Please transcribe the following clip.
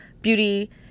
beauty